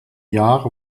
jahr